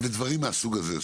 ודברים מהסוג הזה.